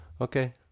Okay